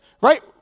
right